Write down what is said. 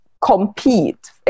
compete